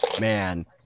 Man